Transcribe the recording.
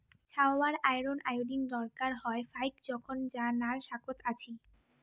ছাওয়ার iron, iodine দরকার হয় ফাইক জোখন যা নাল শাকত আছি